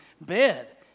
bed